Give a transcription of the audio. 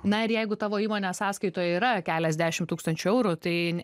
na ir jeigu tavo įmonės sąskaitoje yra keliasdešimt tūkstančių eurų tai